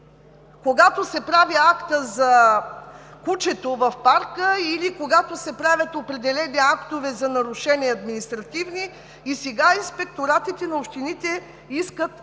когато се прави актът за кучето в парка или когато се правят определени актове за административни нарушения. И сега инспекторатите на общините искат